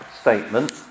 statement